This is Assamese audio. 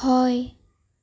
হয়